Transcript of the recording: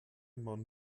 man